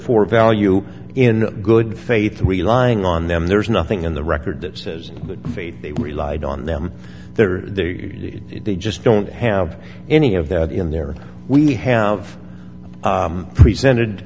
for value in good faith relying on them there's nothing in the record that says that faith they relied on them they just don't have any of that in there we have presented